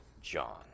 John